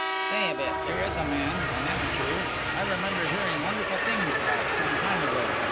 stay a bit there is a man an amateur i remember hearing wonderful things about some time ago.